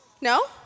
No